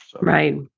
Right